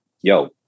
yo